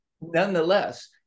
nonetheless